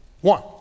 one